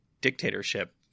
dictatorship